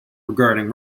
regarding